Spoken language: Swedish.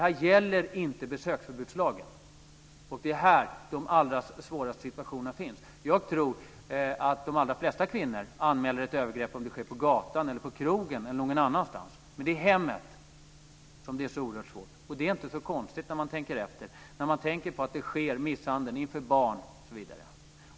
Här gäller inte besöksförbudslagen, och det är här de allra svåraste situationerna finns. Jag tror att de allra flesta kvinnor anmäler ett övergrepp om det sker på gatan, på krogen eller någon annanstans, men i hemmet är det oerhört svårt. Och det är inte så konstigt när man tänker efter. Misshandeln sker kanske inför barn.